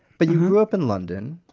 but you grew up in london.